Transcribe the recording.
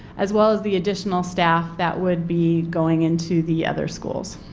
as well as the additional staff that would be going into the other schools.